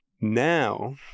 now